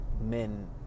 men